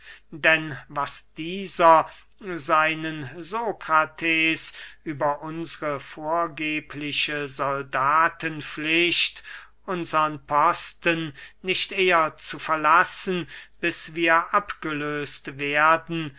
denn was dieser seinen sokrates über unsre vorgebliche soldatenpflicht unsern posten nicht eher zu verlassen bis wir abgelöst werden